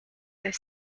their